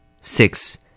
six